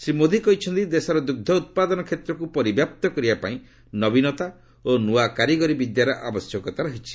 ଶ୍ରୀ ମୋଦି କହିଛନ୍ତି ଦେଶର ଦୁଗ୍ଧ ଉତ୍ପାଦନ କ୍ଷେତ୍ରକୁ ପରିବ୍ୟାପ୍ତ କରିବାପାଇଁ ନବୀନତା ଓ ନୂଆ କାରିଗରି ବିଦ୍ୟାର ଆବଶ୍ୟକତା ରହିଛି